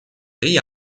degli